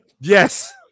Yes